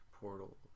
portal